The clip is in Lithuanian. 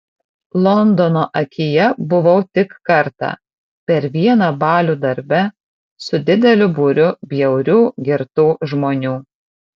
londono akyje buvau tik kartą per vieną balių darbe su dideliu būriu bjaurių girtų žmonių